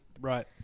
right